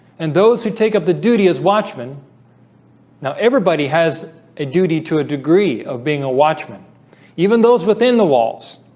and those who take up the duty as watchmen now everybody has a duty to a degree of being a watchman even those within the walls